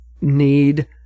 need